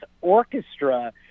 orchestra